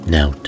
Now